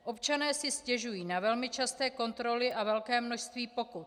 Občané si stěžují na velmi časté kontroly a velké množství pokut.